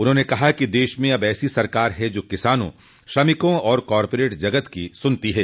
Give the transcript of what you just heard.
उन्होंने कहा कि देश में अब ऐसी सरकार है जो किसानों श्रमिकों और कॉरपोरेट जगत की सुनती है